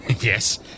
Yes